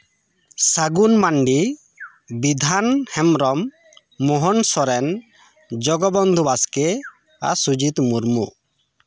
ᱥᱟᱹᱜᱩᱱ ᱢᱟᱱᱰᱤ ᱵᱤᱫᱷᱟᱱ ᱦᱮᱢᱵᱨᱚᱢ ᱢᱳᱦᱚᱱ ᱥᱚᱨᱮᱱ ᱡᱚᱜᱚᱵᱚᱱᱫᱷᱩ ᱵᱟᱥᱠᱮ ᱟᱨ ᱥᱩᱡᱤᱛ ᱢᱩᱨᱢᱩ